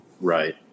Right